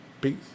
Peace